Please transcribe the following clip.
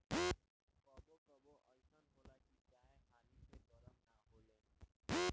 कबो कबो अइसन होला की गाय हाली से गरम ना होले